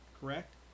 correct